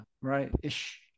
right-ish